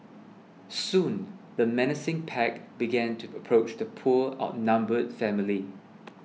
soon the menacing pack began to approach the poor outnumbered family